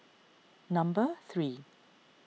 number three